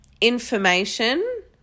information